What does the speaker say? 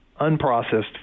unprocessed